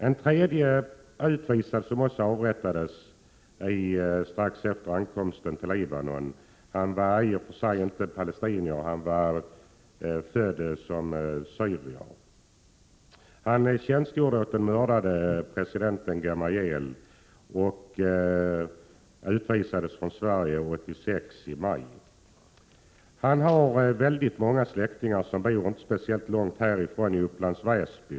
En tredje utvisad som också avrättades strax efter ankomsten till Libanon var i och för sig inte palestinier — han var född syrier. Han tjänstgjorde åt den mördade presidenten Gemayel och utvisades från Sverige i maj 1986. Han har väldigt många släktingar som bor inte långt härifrån, i Upplands Väsby.